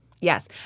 yes